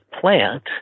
plant